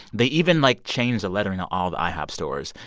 they even, like, changed the lettering on all the ihop stores.